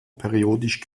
periodisch